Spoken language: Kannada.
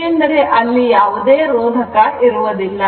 ಏಕೆಂದರೆ ಇಲ್ಲಿ ಯಾವುದೇ ರೋಧಕ ಇರುವದಿಲ್ಲ